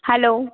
hello